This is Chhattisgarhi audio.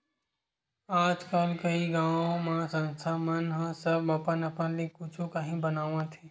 आजकल कइ गाँव म संस्था मन ह सब अपन अपन ले कुछु काही बनावत हे